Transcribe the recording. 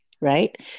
right